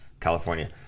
California